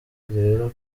rero